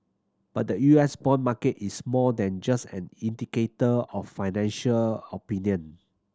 but the U S bond market is more than just an indicator of financial opinion